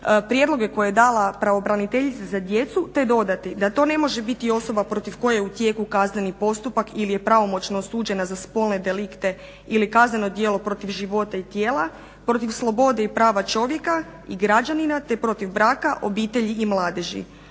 prijedloge koje je dala pravobraniteljica za djecu te dodati da to ne može biti osoba protiv koje je u tijeku kazneni postupak ili je pravomoćno osuđena za spolne delikte ili kazneno djelo protiv života i tijela, protiv slobode i prava čovjeka i građanina te protiv braka, obitelji i mladeži,